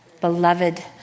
Beloved